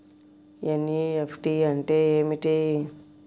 NEFT అంటే ఏమిటీ?